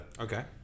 Okay